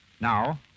Now